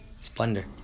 splendor